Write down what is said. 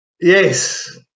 Yes